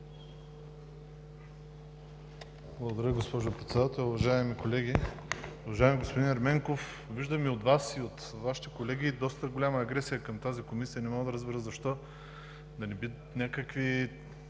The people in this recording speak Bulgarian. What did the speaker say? Благодаря, госпожо Председател. Уважаеми колеги! Уважаеми господин Ерменков, виждаме от Вас и от Вашите колеги доста голяма агресия към тази Комисия. Не мога да разбера защо. Да не би някакви